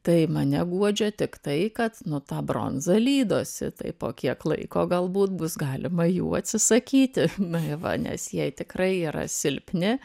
tai mane guodžia tik tai kad nu ta bronza lydosi tai po kiek laiko galbūt bus galima jų atsisakyti na i va nes jie tikrai yra silpni